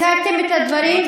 הצגתם את הדברים,